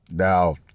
Now